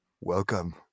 welcome